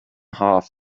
half